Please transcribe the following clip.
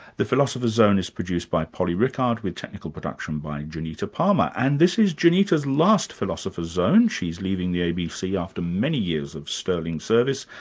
the philosopher's zone is produced by polly rickard, with technical production by janita palmer. and this is janita's last philosopher's zone. she's leaving the abc after many years of sterling service,